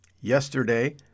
Yesterday